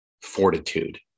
fortitude